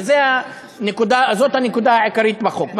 וזאת הנקודה העיקרית בחוק,